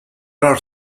are